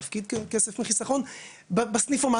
להפקיד כסף לחיסכון בסניפומט.